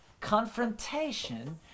confrontation